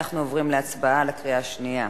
אנחנו עוברים להצבעה בקריאה שנייה.